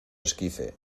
esquife